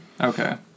Okay